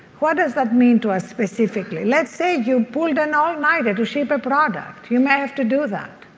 what does that mean to us specifically? let's say you pulled an all-nighter to ship a product. you may have to do that.